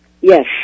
Yes